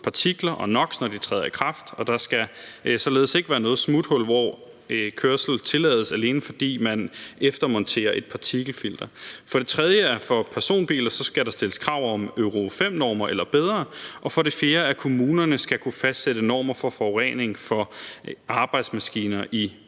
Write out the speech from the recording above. partikler og NOx, når de træder i kraft, og der skal således ikke være noget smuthul, hvor kørsel tillades, alene fordi man eftermonterer et partikelfilter. For det tredje: For personbiler skal der stilles krav om Euro 5-normer eller bedre. For det fjerde: Kommunerne skal kunne fastsætte normer for forureningen for arbejdsmaskiner i